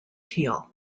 teal